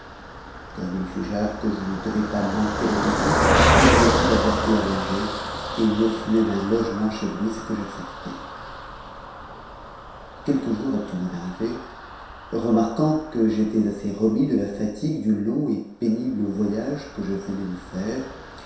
comme il jugea que je ne devais pas manquer d'appétit il me fit apporter à manger et m'offrit même un logement chez lui ce que j'acceptai quelques jours après mon arrivée remarquant que j'étais assez remis de la fatigue du long et pénible voyage que je venais de faire